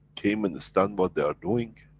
came and stand what they are doing,